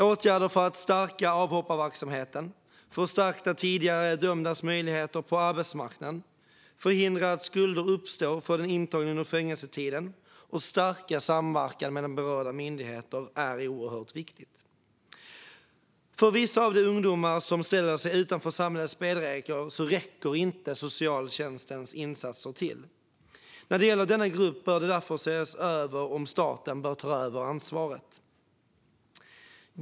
Åtgärder för att stärka avhopparverksamheten, förstärka tidigare dömdas möjligheter på arbetsmarknaden, förhindra att skulder uppstår för den intagne under fängelsetiden och stärka samverkan mellan berörda myndigheter är oerhört viktigt. För vissa av de ungdomar som ställer sig utanför samhällets spelregler räcker inte socialtjänstens insatser till. När det gäller denna grupp bör det därför ses över om staten bör ta över ansvaret.